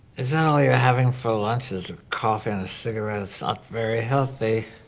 is that all you're having for lunch, is a coffee and a cigarette? it's not very healthy.